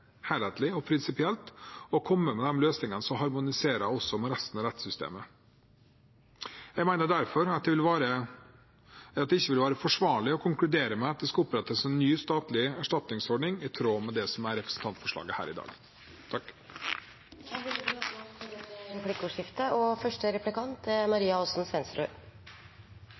prinsipielt og komme med de løsningene som også harmoniserer med resten av rettssystemet. Jeg mener derfor at det ikke vil være forsvarlig å konkludere med at det skal opprettes en ny statlig erstatningsordning i tråd med dette representantforslaget. Det blir replikkordskifte. Jeg har nå fått igjen pusten etter en litt hurtig adkomst til salen. Bare for å ha det helt klart: Er det slik at statsråden er